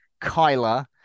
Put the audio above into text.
Kyler